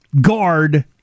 guard